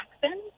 Jackson